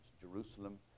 Jerusalem